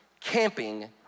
camping